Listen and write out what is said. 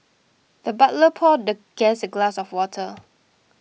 the butler poured the guest a glass of water